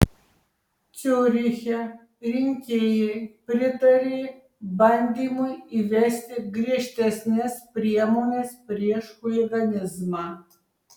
ciuriche rinkėjai pritarė bandymui įvesti griežtesnes priemones prieš chuliganizmą